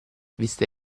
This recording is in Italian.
viste